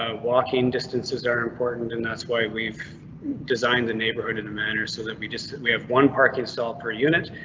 ah walking distances are important, and that's why we've designed the neighborhood in a manner so that we just have one parking stall per unit.